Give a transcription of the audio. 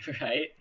Right